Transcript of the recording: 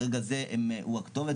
ברגע זה הוא הכתובת,